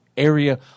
area